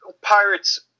Pirates